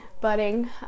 budding